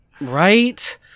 Right